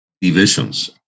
divisions